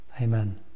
Amen